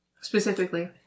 specifically